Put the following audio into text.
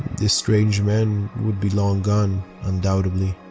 this strange man would be long gone undoubtedly.